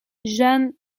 jan